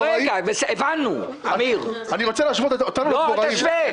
אני רוצה להשוות אותנו לדבוראים.